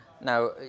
Now